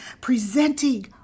presenting